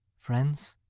friends